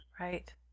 right